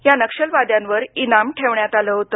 या नक्षलवाद्यांवर इनाम ठेवण्यात आले होते